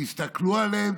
תסתכלו עליהם.